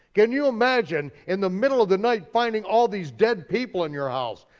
can you imagine in the middle of the night finding all these dead people in your house?